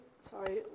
Sorry